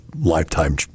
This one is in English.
lifetime